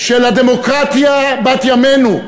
של הדמוקרטיה בת-ימינו,